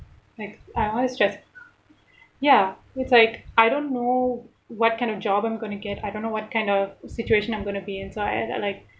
like I always stress ya it's like I don't know what kind of job I'm going to get I don't know what kind of situation I'm going to be in so I I like